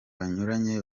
banyuranye